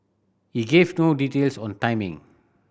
he gave no details on timing